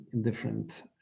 different